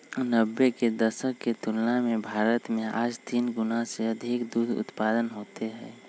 नब्बे के दशक के तुलना में भारत में आज तीन गुणा से अधिक दूध उत्पादन होते हई